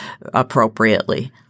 appropriately